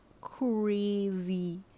crazy